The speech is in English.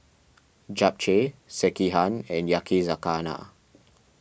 Japchae Sekihan and Yakizakana